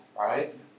right